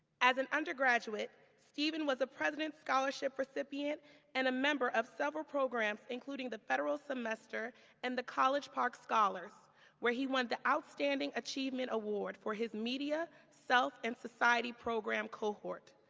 as an undergraduate, steven was a president scholarship recipient and a member of several programs including the federal semester and the college park scholars where he won the outstanding achievement award for his media, self, and society program cohort.